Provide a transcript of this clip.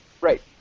Right